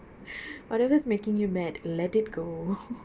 whatever's making you mad let it go